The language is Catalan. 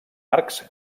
arcs